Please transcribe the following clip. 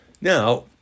Now